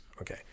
okay